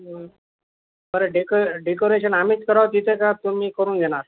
बरं deco decoration आम्हीच करावं तिथे का तुम्ही करून घेणार